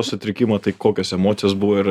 sutrikimą tai kokios emocijos buvo ir